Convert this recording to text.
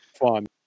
fun